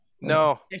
No